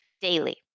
daily